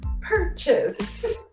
Purchase